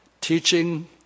teaching